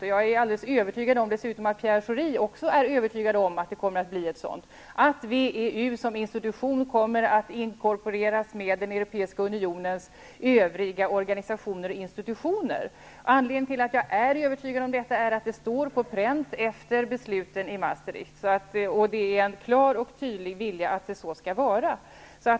Jag är dessutom alldeles övertygad om att Pierre Schori också är övertygad om att det kommer att bli ett sådant, att WEU som institution kommer att inkorporeras med den europeiska unionens övriga organisationer och institutioner. Anledningen till detta är att det står på pränt efter besluten i Maastricht. Det finns en klar och tydliga vilja att det så skall vara.